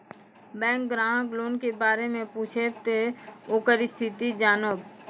Bank ग्राहक loan के बारे मैं पुछेब ते ओकर स्थिति जॉनब?